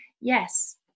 Yes